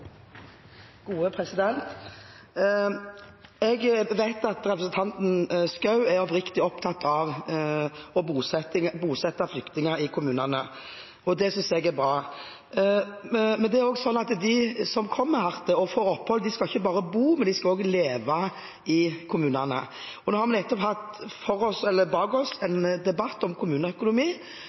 at de som kommer hit og får opphold, ikke bare skal bo, men de skal også leve i kommunene. Nå har vi nettopp bak oss en debatt om kommuneøkonomi, og